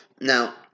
Now